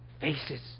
faces